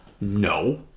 No